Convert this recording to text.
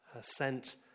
Sent